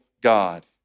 God